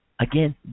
Again